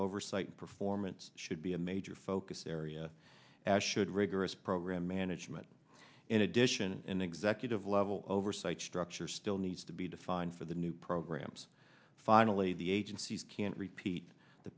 oversight performance should be a major focus area as should rigorous program management in addition an executive level oversight structure still needs to be defined for the new programs finally the agencies can't repeat the